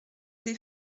des